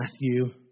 Matthew